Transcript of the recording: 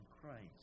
Christ